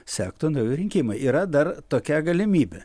sektų rinkimai yra dar tokia galimybė